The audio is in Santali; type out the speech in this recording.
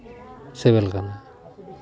ᱥᱤᱵᱤᱞ ᱠᱟᱱᱟ